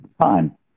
time